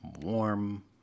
warm